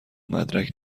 مدرک